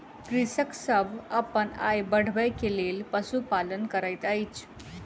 कृषक सभ अपन आय बढ़बै के लेल पशुपालन करैत अछि